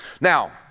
Now